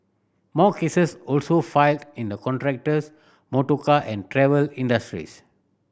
more cases also filed in the contractors motorcar and travel industries